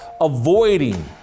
Avoiding